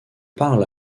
parle